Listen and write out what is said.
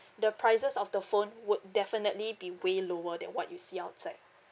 the prices of the phone would definitely be way lower than what you see outside